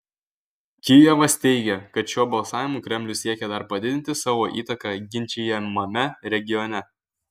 kijevas teigia kad šiuo balsavimu kremlius siekė dar padidinti savo įtaką ginčijamame regione